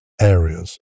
areas